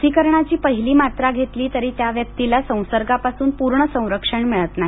लसीकरणाची पहिली मात्रा घेतली तरी त्या व्यक्तीला संसर्गापासून पूर्ण संरक्षण मिळत नाही